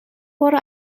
برو